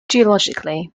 geologically